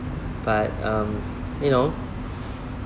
but um you know